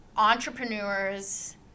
entrepreneurs